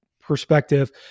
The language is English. perspective